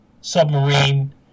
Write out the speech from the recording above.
submarine